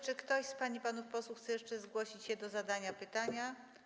Czy ktoś z pań i panów posłów chce jeszcze zgłosić się do zadania pytania?